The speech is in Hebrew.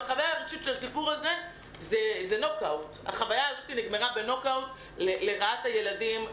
החוויה הרגשית של הסיפור הזה נגמרה בנוקאאוט לרעת הילדים,